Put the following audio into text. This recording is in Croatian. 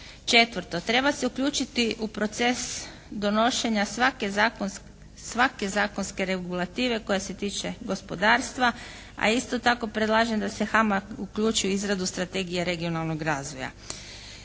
Četvrto, treba se uključiti u proces donošenja svake zakonske regulative koja se tiče gospodarstva, a isto tako predlažem da se HAMAG uključi u izradu Strategije regionalnog razvoja.